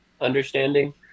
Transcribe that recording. understanding